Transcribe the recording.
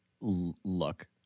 look